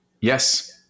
Yes